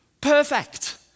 Perfect